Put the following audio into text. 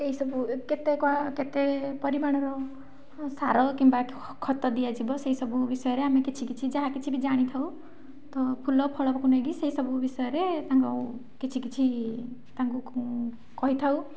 ଏଇସବୁ କେତେ କ'ଣ କେତେ ପରିମାଣର ସାର କିମ୍ବା ଖତ ଦିଆଯିବ ସେଇସବୁ ବିଷୟରେ ଆମେ କିଛି କିଛି ଯାହା କିଛି ବି ଜାଣିଥାଉ ତ ଫୁଲଫଳକୁ ନେଇକି ସେଇସବୁ ବିଷୟରେ ତାଙ୍କୁ କିଛି କିଛି ତାଙ୍କୁ କହିଥାଉ